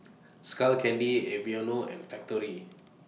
Skull Candy Aveeno and Factorie